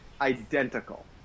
Identical